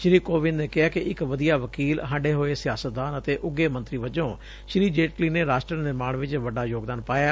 ਸ਼ੂੀ ਕੋਵਿੰਦ ਨੇ ਕਿਹੈ ਕਿ ਇਕ ਵਧੀਆ ਵਕੀਲ ਹੰਢੇ ਹੋਏ ਸਿਆਸਤਦਾਨ ਅਤੇ ਉੱਘੇ ਮੰਤਰੀ ਵਜੋਂ ਸ਼ੀ ਜੇਟਲੀ ਨੇ ਰਾਸ਼ਟਰ ਨਿਰਮਾਣ ਵਿੱਚ ਵੱਡਾ ਯੋਗਦਾਨ ਪਾਇਐ